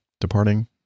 Departing